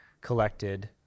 collected